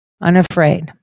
unafraid